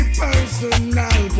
personal